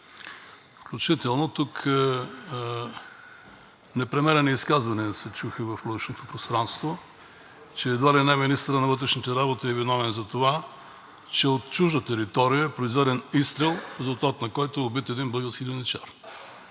Включително тук непремерени изказвания се чуха във външното пространство, че едва ли не министърът на вътрешните работи е виновен за това, че от чужда територия е произведен изстрел, в резултат на който е убит един български граничар.